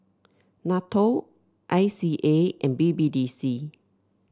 NATO I C A and B B D C